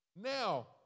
now